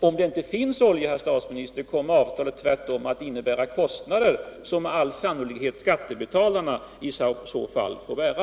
Om det inte finns olja, herr statsminister, kommer avtalet tvärtom att innebära kostnader som med all sannolikhet skattebetalarna i så fall får bära.